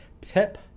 PIP